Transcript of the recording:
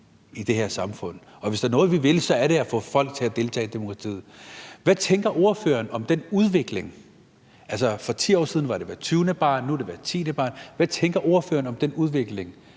demokrati, og hvis der er noget, vi vil, er det at få folk til at deltage i demokratiet. Hvad tænker ordføreren om den udvikling? For 10 år siden var det hvert 20. barn, nu er det hvert 10. barn, så hvad tænker ordføreren om den udvikling?